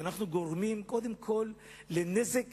אנחנו גורמים קודם כול לנזק